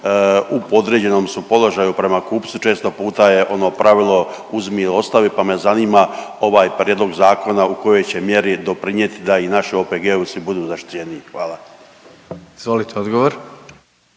u podređenom su položaju prema kupcu. Često puta je ono pravilo uzmi i ostavi pa me zanima ovaj prijedlog zakona u kojoj će mjeri doprinijeti da i naši OPG-ovci budu zaštićeniji. Hvala. **Jandroković,